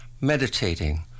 meditating